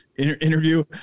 interview